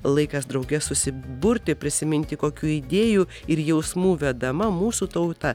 laikas drauge susiburti prisiminti kokių idėjų ir jausmų vedama mūsų tauta